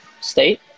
state